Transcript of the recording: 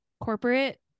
corporate